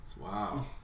Wow